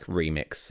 remix